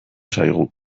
zaigu